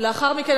לאחר מכן,